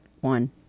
one